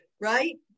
Right